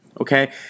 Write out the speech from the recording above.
Okay